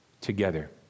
together